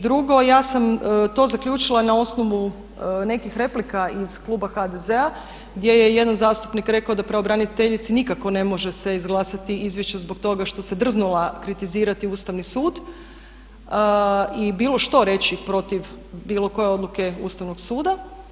Drugo, ja sam to zaključila na osnovu nekih replika iz kluba HDZ-a gdje je jedan zastupnik rekao da pravobraniteljici nikako ne može se izglasati izvješće zbog toga što se drznula kritizirati Ustavni sud i bilo što reći protiv bilo koje odluke Ustavnog suda.